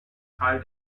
teil